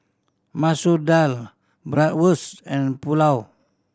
Masoor Dal Bratwurst and Pulao